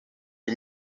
que